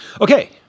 Okay